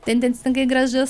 tendencingai gražus